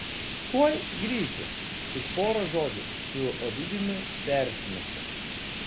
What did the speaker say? tuoj grįšiu tik pora žodžių su ovidijumi persimesiu